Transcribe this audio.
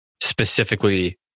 specifically